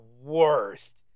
worst